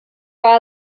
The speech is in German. war